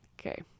Okay